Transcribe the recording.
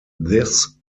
this